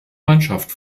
mannschaft